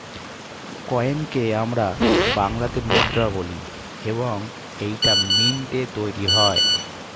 কয়েনকে আমরা বাংলাতে মুদ্রা বলি এবং এইটা মিন্টে তৈরী হয়